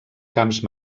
camps